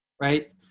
right